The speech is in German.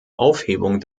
aufhebung